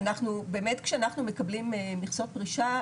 אנחנו באמת כשאנחנו מקבלים מכסות פרישה,